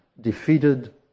defeated